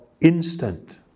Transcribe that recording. instant